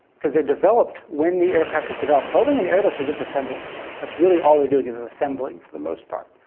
because they're developed when the aircraft is developed. boeing and airbus are just assemblers. that's really all they're doing is is assembling for the most part.